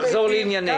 טוב, תחזור לענייננו.